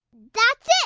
that's it.